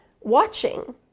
watching